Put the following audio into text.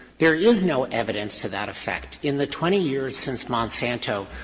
there is no evidence to that effect in the twenty years since monsanto.